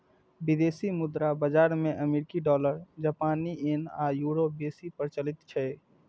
विदेशी मुद्रा बाजार मे अमेरिकी डॉलर, जापानी येन आ यूरो बेसी प्रचलित छै